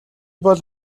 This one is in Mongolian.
бол